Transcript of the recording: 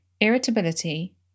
Irritability